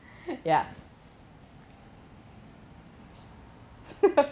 ya